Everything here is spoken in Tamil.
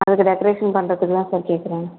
அதற்கு டெக்ரேசன் பண்ணுறதுக்கு தான் சார் கேட்குறேன்